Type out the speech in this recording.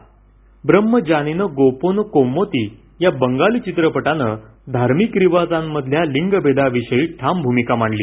ब्रह्म जानेन गोपोन कोम्मोती या बंगाली चित्रपटानं धार्मिक रिवाजांमधल्या लिंगभेदाविषयी ठाम भूमिका मांडली